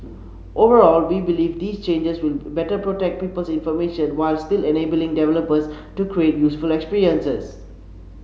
overall we believe these changes will better protect people's information while still enabling developers to create useful experiences